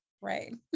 right